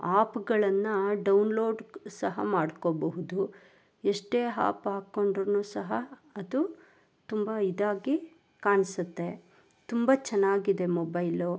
ಆಪ್ಗಳನ್ನು download ಸಹ ಮಾಡ್ಕೊಬಹುದು ಎಷ್ಟೇ ಹಾಪ್ ಹಾಕೊಂಡ್ರು ಸಹ ಅದು ತುಂಬ ಇದಾಗಿ ಕಾಣಿಸುತ್ತೆ ತುಂಬ ಚೆನ್ನಾಗಿದೆ ಮೊಬೈಲು